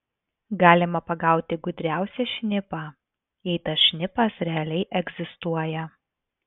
galima pagauti gudriausią šnipą jei tas šnipas realiai egzistuoja